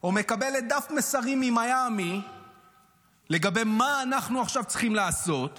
או מקבלת דף מסרים ממיאמי לגבי מה אנחנו צריכים לעשות עכשיו,